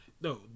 No